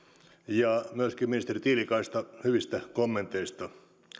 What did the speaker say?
ja myöskin ministeri tiilikaista hyvistä kommenteista